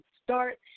start